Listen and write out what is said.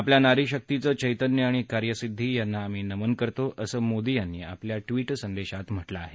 आपल्या नारीशक्तीचं चैतन्य आणि कार्यसिद्धी यांना आम्ही नमन करतो असं मोदी यांनी आपल्या ट्विट संदेशात म्हटलं आहे